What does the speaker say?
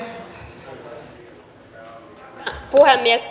arvoisa puhemies